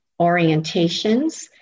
orientations